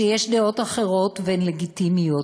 שיש דעות אחרות, והן לגיטימיות.